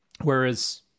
whereas